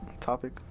topic